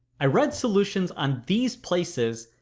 i read solutions on these places,